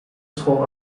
school